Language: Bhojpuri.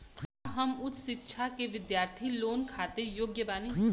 का हम उच्च शिक्षा के बिद्यार्थी लोन खातिर योग्य बानी?